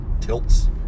tilts